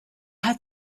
hat